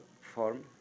form